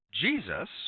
Jesus